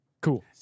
Cool